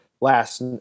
last